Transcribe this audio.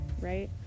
right